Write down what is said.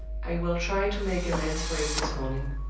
i will try to make amends for it this morning.